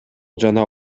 жана